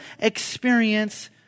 experience